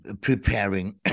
preparing